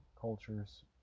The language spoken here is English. cultures